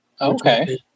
Okay